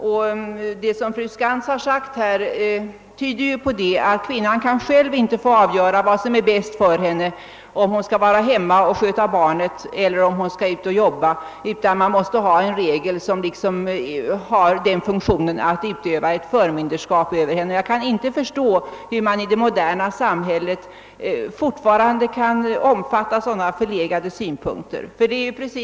Vad fru Skantz sagt tyder på att kvinnan inte själv kan få avgöra vad som är bäst för henne, om hon skall stanna hemma och sköta barnen eller om hon skall yrkesarbeta, utan det måste finnas en regel som innebär ett slags förmyndarskap över henne. Jag kan inte förstå hur man i det moderna samhället fortfarande kan omfatta sådana förlegade synpunkter.